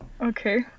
Okay